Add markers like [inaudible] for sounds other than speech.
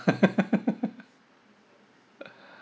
[laughs]